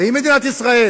אם מדינת ישראל